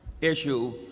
issue —